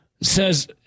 Says